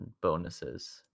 bonuses